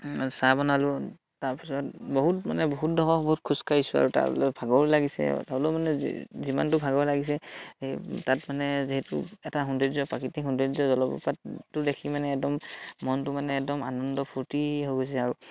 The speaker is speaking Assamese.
চাহ বনালোঁ তাৰপিছত বহুত মানে বহুত ধৰক বহুত খোজকাঢ়িছোঁ আৰু তাৰ ভাগৰো লাগিছে তালৈ মানে যি যিমানটো ভাগৰ লাগিছে সেই তাত মানে যিহেতু এটা সৌন্দৰ্য প্ৰাকৃতিক সৌন্দৰ্য জলপাতটো দেখি মানে একদম মনটো মানে একদম আনন্দ ফূৰ্তি হৈ গৈছে আৰু